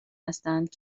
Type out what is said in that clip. هستند